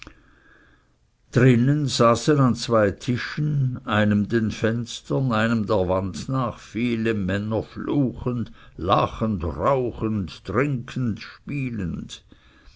drinnen saßen an zwei tischen einem den fenstern einem der wand nach viele männer fluchend lachend rauchend trinkend spielend